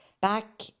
back